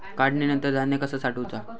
काढणीनंतर धान्य कसा साठवुचा?